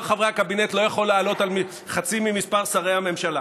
חברי הקבינט לא יכול לעלות על חצי ממספר שרי הממשלה.